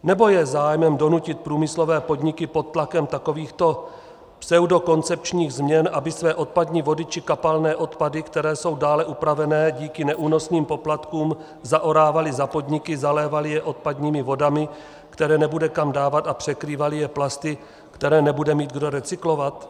Nebo je zájmem donutit průmyslové podniky pod tlakem takovýchto pseudokoncepčních změn, aby své odpadní vody či kapalné odpady, které jsou dále upravené díky neúnosným poplatkům, zaorávaly za podniky, zalévaly je odpadními vodami, které nebude kam dávat, a překrývaly je plasty, které nebude mít kdo recyklovat?